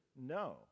no